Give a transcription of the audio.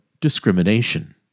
discrimination